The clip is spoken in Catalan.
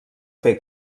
fer